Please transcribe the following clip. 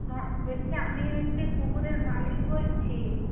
হ্যাঁ বলছি আমি হচ্ছে কুকুরের মালিক বলছি